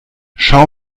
schau